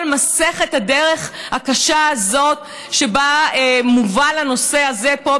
מסכת הדרך הקשה הזאת שבה מובל הנושא הזה פה,